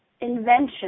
invention